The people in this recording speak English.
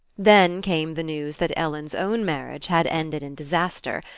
then came the news that ellen's own marriage had ended in disaster,